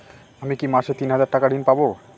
আমি কি মাসে তিন হাজার টাকার ঋণ পাবো?